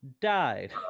died